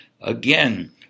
Again